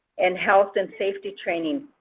and health and safety training.